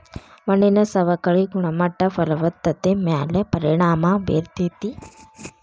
ಮಣ್ಣಿನ ಸವಕಳಿ ಗುಣಮಟ್ಟ ಫಲವತ್ತತೆ ಮ್ಯಾಲ ಪರಿಣಾಮಾ ಬೇರತತಿ